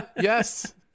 yes